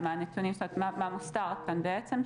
זאת אומרת מה מוסתר כאן בעצם,